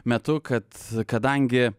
metu kad kadangi